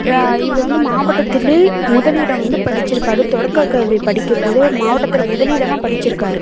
இவர் வந்து மாவட்டத்துல முதலிடம் வந்து படிச்சிருக்கார் தொடக்கக்கல்வி படிக்கும்போதே அவரு மாவட்டத்தில் முதலிடமாக படிச்சிருக்கார்